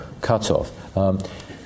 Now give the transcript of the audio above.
cutoff